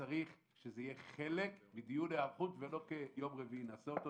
וצריך שזה יהיה חלק מדיון היערכות ולא ביום רביעי שנעשה אותו.